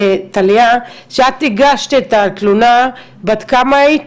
טליה, שאת הגשת את התלונה, בת כמה היית?